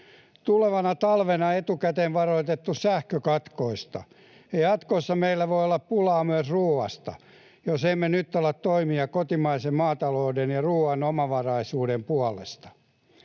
Tulevana talvena on etukäteen varoitettu sähkökatkoista, ja jatkossa meillä voi olla pulaa myös ruuasta, jos emme nyt ala toimia kotimaisen maatalouden ja ruuan omavaraisuuden puolesta.